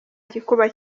gikuba